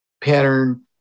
pattern